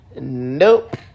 nope